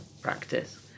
practice